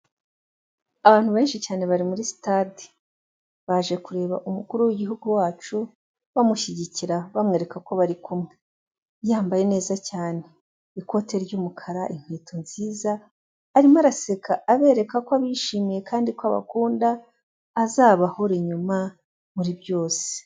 Abantu benshi cyane bari muri sitade baje kureba umukuru w'igihugu wacu bamushyigikira bamwereka ko bari kumwe yambaye neza cyane ikote ry'umukara inkweto nziza arimo araseka abereka ko abishimiye kandi ko abakunda azabahore inyuma muri byose.